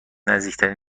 نزدیکترین